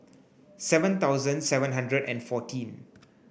seven thousand seven hundred and fourteen